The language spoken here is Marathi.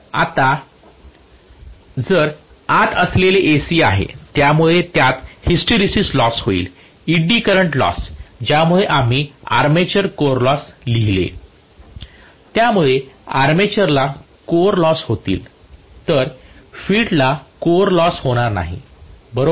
तर आत असलेले AC आहे त्यामुळे त्यात हिस्टरेसिस लॉस होईल ईडी करंट लॉस ज्यामुळे आम्ही आर्मेचर कोर लॉस लिहिले त्यामुळे आर्मेचरला कोर लॉस होतील तर फिल्डला कोर लॉस होणार नाही बरोबर